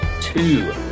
two